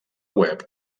web